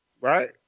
Right